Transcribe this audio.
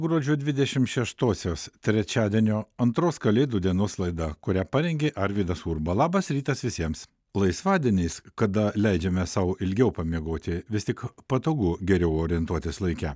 gruodžio dvidešimt šeštosios trečiadienio antros kalėdų dienos laida kurią parengė arvydas urba labas rytas visiems laisvadieniais kada leidžiame sau ilgiau pamiegoti vis tik patogu geriau orientuotis laike